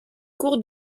cours